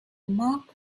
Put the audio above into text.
mark